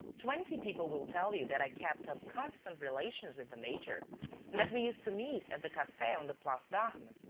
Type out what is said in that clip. twenty people will tell you that i kept up constant relations with the major and that we used to meet at the cafe on the place d'armes.